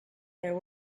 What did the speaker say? there